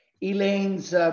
Elaine's